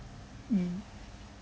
mm